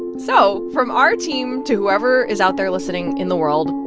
and so from our team to whoever is out there listening in the world,